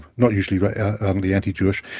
not usually ardently anti-jewish.